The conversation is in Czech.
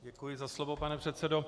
Děkuji za slovo, pane předsedo.